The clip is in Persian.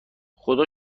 خدا